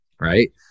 right